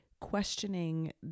questioning